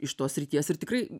iš tos srities ir tikrai